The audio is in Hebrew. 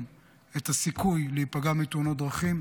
את הסיכוי להיפגע מתאונות דרכים,